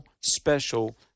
special